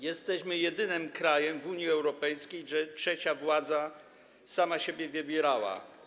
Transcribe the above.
Jesteśmy jedynym krajem w Unii Europejskiej, gdzie trzecia władza sama siebie wybierała.